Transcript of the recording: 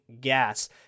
gas